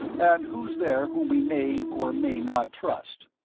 and who's there whom we may or may not trust?